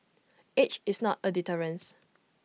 age is not A deterrence